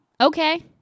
Okay